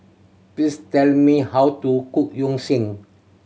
please tell me how to cook Yu Sheng